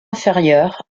inférieur